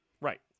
Right